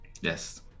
yes